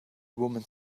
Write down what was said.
woman